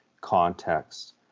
context